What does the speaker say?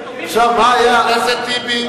חבר הכנסת טיבי.